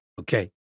okay